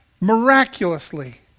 miraculously